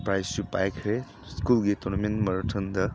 ꯄ꯭ꯔꯥꯏꯖꯁꯨ ꯄꯥꯏꯈ꯭ꯔꯦ ꯁ꯭ꯀꯨꯜꯒꯤ ꯇꯣꯔꯅꯥꯃꯦꯟ ꯃꯔꯥꯊꯣꯟꯗ